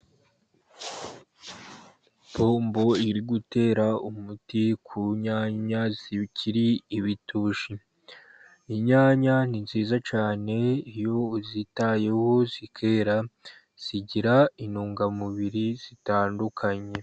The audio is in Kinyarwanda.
Ipombo iri gutera umuti ku nyanya zikiri ibitoshyi. Inyanya ni nziza cyane iyo uzitayeho zikera zigira intungamubiri zitandukanye.